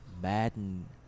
Madden